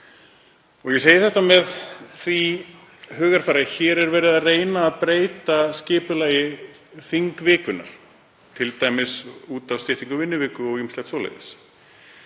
Ég segi þetta með það í huga að hér er verið að reyna að breyta skipulagi þingvikunnar, t.d. út af styttingu vinnuviku og ýmsu svoleiðis.